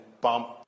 bump